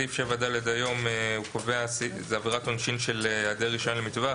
סעיף 7ד היום קובע עבירת עונשין של העדר רישיון למטווח,